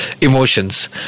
emotions